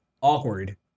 awkward